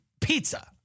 pizza